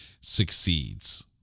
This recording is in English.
succeeds